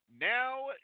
Now